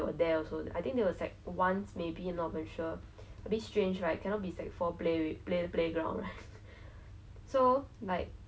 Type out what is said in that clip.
you also don't know where the school comes with like like the school has this money but I guess maybe it's cheap so I maybe one day I would like to go back to that hotel it's really very shiok